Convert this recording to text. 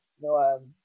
No